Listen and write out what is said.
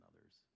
others